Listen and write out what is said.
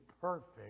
perfect